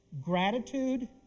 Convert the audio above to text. Gratitude